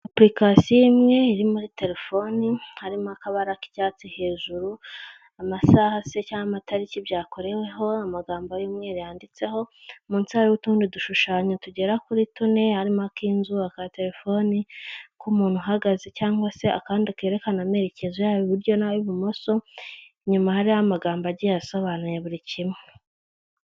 Apulikasiyo imwe iri muri telefoni harimo akabara k'icyatsi hejuru, amasaha se cyangwa amatariki byakoreweho, amagambo y'umweru yanditseho, munsi hariho utundi dushushanyo tugera kuri tune, harimo ak'inzu, aka telefoni, k'umuntu uhagaze, cyangwa se akandi kerekana amerekezo y'iburyo n'ay'ibumoso, inyuma hari amagambo agiye asobanuye buri kimwe.